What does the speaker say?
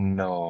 no